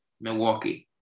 Milwaukee